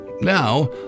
Now